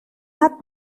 hat